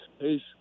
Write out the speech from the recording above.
Peace